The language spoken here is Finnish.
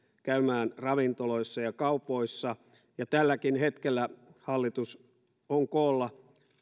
käymään ravintoloissa ja kaupoissa ja tälläkin hetkellä hallitus on koolla